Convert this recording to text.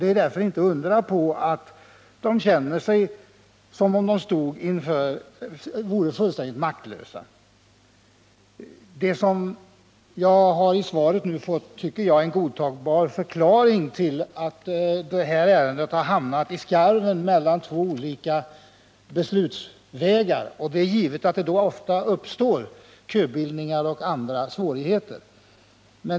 Det är därför inte att undra på att människor känner sig maktlösa. Jag har i svaret fått en godtagbar förklaring till att detta ärende hamnat i skarven mellan två olika beslutsvägar. Det är givet att det ofta uppstår 109 köbildningar och andra svårigheter.